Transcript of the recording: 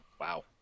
Wow